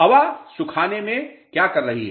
हवा सुखाने में क्या कर रही है